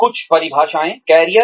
कुछ परिभाषाएँ कैरियर